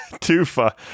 Tufa